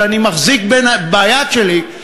שאני מחזיק ביד שלי,